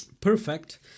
perfect